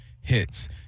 hits